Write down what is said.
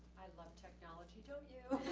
i love technology, don't you?